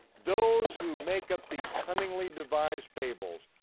those who make up these cunningly devised fables,